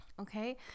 Okay